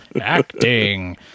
acting